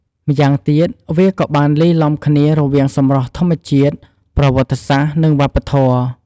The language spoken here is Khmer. ម្យ៉ាងទៀត វាក៏បានលាយឡំគ្នារវាងសម្រស់ធម្មជាតិ ប្រវត្តិសាស្រ្ត និងវប្បធម៌។